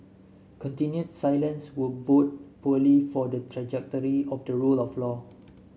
continued silence would bode poorly for the trajectory of the rule of law